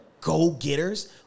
go-getters